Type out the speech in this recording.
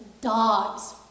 dogs